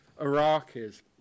Iraqis